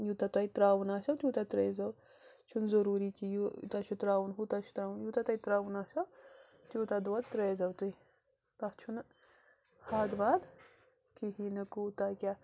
یوٗتاہ تۄہہِ تراوُن آسیٚو تیوٗتاہ ترٲیِزیٚو چھُنہٕ ضُروٗری یوٗ تۄہہِ چھُ تراوُن ہُہ تۄہہِ چھُ تراوُن یوٗتاہ تۄہہِ تراوُن آسیٚو تیوٗتاہ دۄد ترٲیِزٮ۪و تُہۍ تَتھ چھُنہٕ ہاکہٕ باد کِہیٖنۍ نہٕ کوٗتاہ کیٛاہ